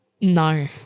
no